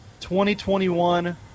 2021